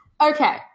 Okay